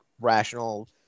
rational